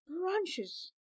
branches